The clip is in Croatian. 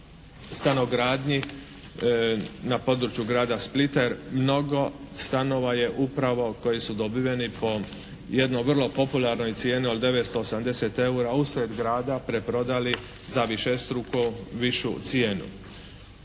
na području grada Splita jer mnogo stanova je upravo koji su dobiveni po jednoj vrlo popularnoj cijeni od 980 eura usred grada preprodali za višestruko višu cijenu.